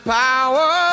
power